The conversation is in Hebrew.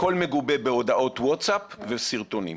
הכול מגובה בהודעות ווטסאפ וסרטונים.